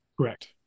Correct